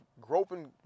groping